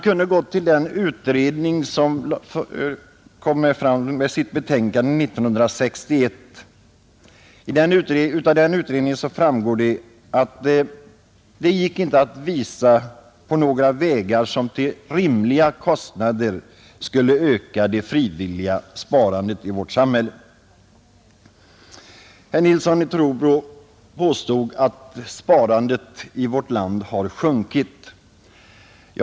Av det utredningsbetänkande som avgavs 1961 framgår att det inte gick att visa på några vägar att till rimliga kostnader öka det frivilliga sparandet i vårt samhälle. Herr Nilsson i Trobro påstod att sparandet i vårt land har sjunkit.